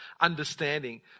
understanding